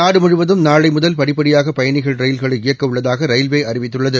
நாடு முழுவதும் நாளை முதல் படிப்படியாக பயணிகள் ரயில்களை இயக்க உள்ளதாக ரயில்வே அறிவித்துள்ளது